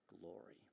glory